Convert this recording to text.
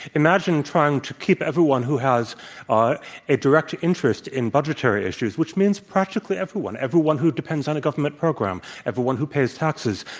imagine trying to keep everyone who has ah a direct interest in budgetary issues, which means practically everyone. everyone who depends on a government program, everyone who pays taxes.